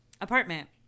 Apartment